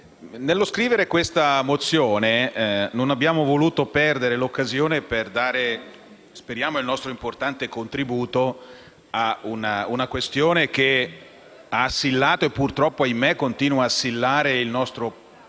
nello scrivere questa mozione non abbiamo voluto perdere l'occasione di dare il nostro importante contributo su una questione che ha assillato e, purtroppo - ahimè - continua ad assillare il nostro bel